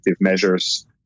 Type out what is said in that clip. measures